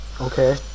okay